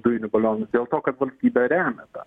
dujinių balionų dėl to kad valstybė remia tą